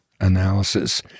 analysis